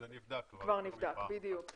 זה נבדק יותר מפעם אחת.